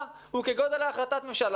הוא קובע אם רציני או לא רציני, פופוליסטי לא